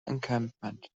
encampment